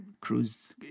cruise